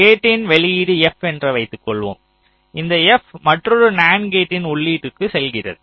கேட்டின் வெளியீடு f என்று வைத்துக்கொள்வோம் இந்த f மற்றொரு நண்ட் கேட்டின் உள்ளீட்டிற்கு செல்கிறது